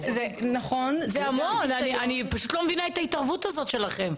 אני פשוט לא מבינה את ההתערבות הזאת שלכם.